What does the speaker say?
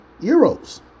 Euros